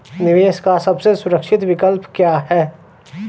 निवेश का सबसे सुरक्षित विकल्प क्या है?